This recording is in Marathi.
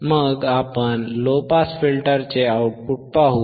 मग आपण लो पास फिल्टरचे आउटपुट पाहू